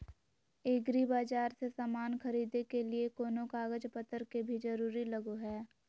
एग्रीबाजार से समान खरीदे के लिए कोनो कागज पतर के भी जरूरत लगो है?